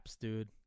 dude